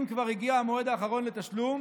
אם כבר הגיע המועד האחרון לתשלום